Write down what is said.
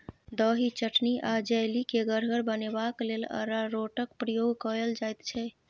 दही, चटनी आ जैली केँ गढ़गर बनेबाक लेल अरारोटक प्रयोग कएल जाइत छै